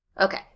Okay